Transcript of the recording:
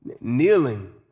Kneeling